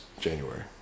January